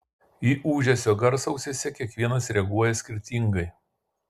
į ūžesio garsą ausyse kiekvienas reaguoja skirtingai